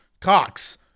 cox